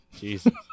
Jesus